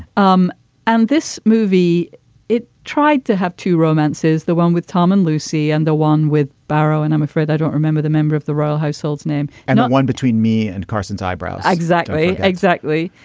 um and this movie it tried to have two romances the one with tom and lucy and the one with barrow and i'm afraid i don't remember the member of the royal household name and not one between me and carson's eyebrow. exactly. exactly.